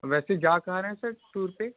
वैसे जा कहाँ रहें सर टूर पर